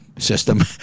system